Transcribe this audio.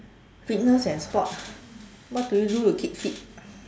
fitness and sports what do you do to keep fit